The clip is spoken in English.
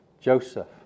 Joseph